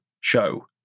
show